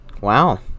Wow